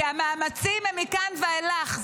כי המאמצים הם מכאן ואילך.